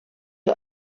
you